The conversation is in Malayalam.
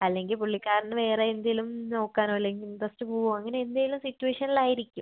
അല്ലെങ്കിൽ പുള്ളിക്കാരന് വേറെ എന്തേലും നോക്കാനോ അല്ലെങ്കിൽ ഇൻ്ററസ്റ്റ് പോവോ അങ്ങനെ എന്തേലും സിറ്റുവേഷനലിൽ ആയിരിക്കും